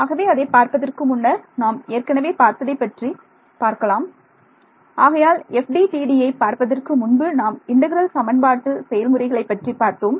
ஆகவே அதை பார்ப்பதற்கு முன்னர் நாம் ஏற்கனவே பார்த்ததை பற்றி பார்க்கலாம் ஆகையால் FDTDயை பார்ப்பதற்கு முன்பு நாம் இன்டெக்ரல் சமன்பாட்டு செயல்முறைகளைப் பற்றி பார்த்தோம்